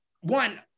one-